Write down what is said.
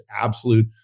absolute